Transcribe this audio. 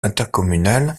intercommunale